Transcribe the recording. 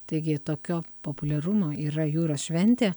taigi tokio populiarumo yra jūros šventė